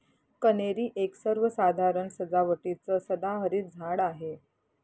कन्हेरी एक सर्वसाधारण सजावटीचं सदाहरित झाड आहे